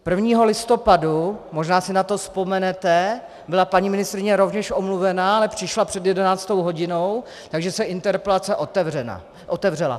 Prvního listopadu, možná si na to vzpomenete, byla paní ministryně rovněž omluvena, ale přišla před 11. hodinou, takže se interpelace otevřela.